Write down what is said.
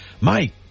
Mike